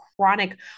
chronic